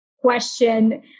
question